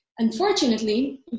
Unfortunately